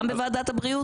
גם בוועדת הבריאות?